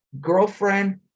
girlfriend